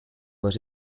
was